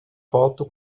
foto